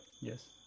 Yes